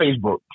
Facebook